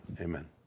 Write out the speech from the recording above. Amen